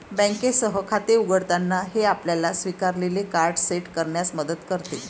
बँकेसह खाते उघडताना, हे आपल्याला स्वीकारलेले कार्ड सेट करण्यात मदत करते